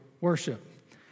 worship